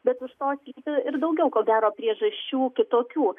bet už to yra ir daugiau ko gero priežasčių kitokių